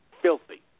filthy